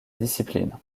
discipline